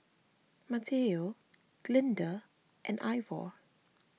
Mateo Glinda and Ivor